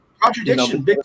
contradiction